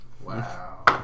Wow